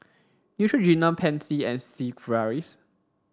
Neutrogena Pansy and Sigvaris